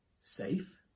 safe